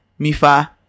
Mifa